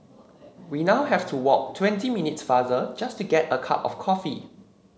we now have to walk twenty minutes farther just to get a cup of coffee